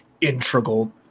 integral